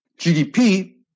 GDP